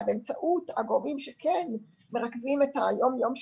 באמצעות הגורמים שמרכזים את היום-יום שלהם,